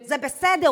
זה בסדר,